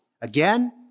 Again